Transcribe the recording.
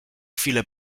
chwilę